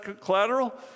collateral